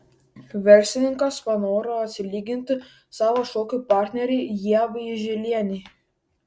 verslininkas panoro atsilyginti savo šokių partnerei ievai žilienei